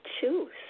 choose